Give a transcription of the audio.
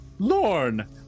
Lorne